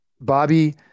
Bobby